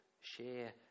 Share